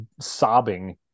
sobbing